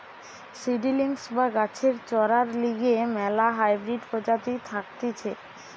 seedlings বা গাছের চরার লিগে ম্যালা হাইব্রিড প্রজাতি থাকতিছে